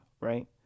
right